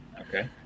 Okay